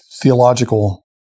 theological